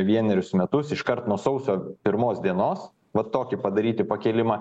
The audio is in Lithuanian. vienerius metus iškart nuo sausio pirmos dienos vat tokį padaryti pakėlimą